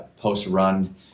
post-run